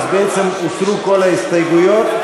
בעצם הוסרו כל ההסתייגויות,